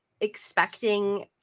expecting